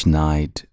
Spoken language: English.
night